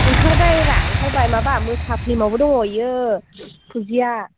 ओंखारबाय रा ओंखारबाय माबा मोसा फिल्मावबो दं बियो फुजिया